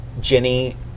Jenny